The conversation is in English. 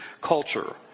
culture